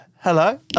hello